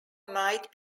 might